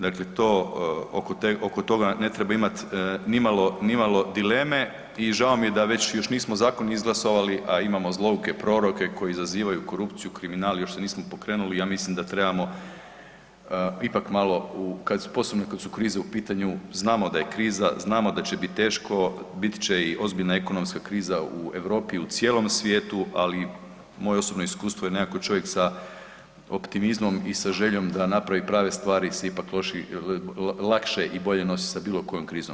Dakle to, oko toga ne treba imati nimalo dileme i žao mi je da već, još nismo zakon izglasovali, a imamo zlouke proroke koji izazivaju korupciju, kriminal, još se nismo pokrenuli, ja mislim da trebamo ipak malo, posebno kad su krize u pitanju znamo da je kriza, znamo da će biti teško, bit će i ozbiljna ekonomska kriza u Europi i u cijelom svijetu, ali moje osobno iskustvo je nekako čovjek sa optimizmom i sa željom da napravi prave stvari se ipak lakše i bilje nosi sa bilo kojom krizom.